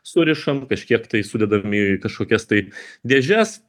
surišam kažkiek tai sudedam į kažkokias tai dėžes